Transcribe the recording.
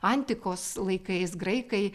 antikos laikais graikai